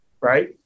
right